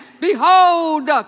Behold